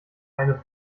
eine